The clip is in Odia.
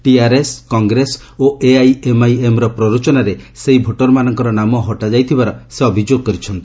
ଟିଆରଏସ କଂଗ୍ରେସ ଓ ରାଜାଜର ପ୍ରରୋଚନାରେ ସେହି ଭୋଟରମାନଙ୍କର ନାମ ହଟାଯାଇଥିବାର ସେ ଅଭିଯୋଗ କରିଚ୍ଛନ୍ତି